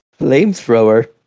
flamethrower